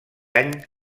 any